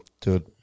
dude